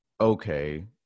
okay